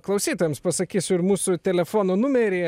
klausytojams pasakysiu ir mūsų telefono numerį